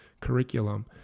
curriculum